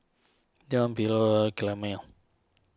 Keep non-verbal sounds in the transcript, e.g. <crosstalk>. Deon Philo <unintelligible>